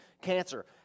cancer